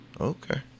Okay